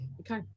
Okay